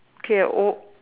okay oh